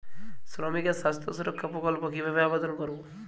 শ্রমিকের স্বাস্থ্য সুরক্ষা প্রকল্প কিভাবে আবেদন করবো?